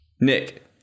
Nick